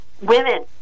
women